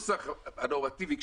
בנוסח הנורמטיבי,